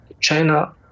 China